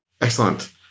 Excellent